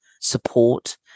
support